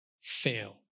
fail